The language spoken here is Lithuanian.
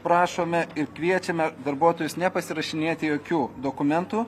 prašome ir kviečiame darbuotojus nepasirašinėti jokių dokumentų